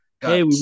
hey